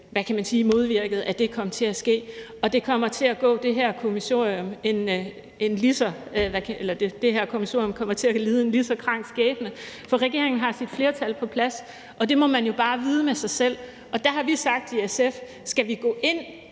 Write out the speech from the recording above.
modvirket, at det kom til at ske. Og det her kommissorium kommer til at lide en ligeså krank skæbne, for regeringen har sit flertal på plads, og det må man jo bare vide med sig selv. Der har vi i SF sagt: Skal vi gå ind